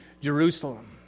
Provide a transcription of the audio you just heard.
Jerusalem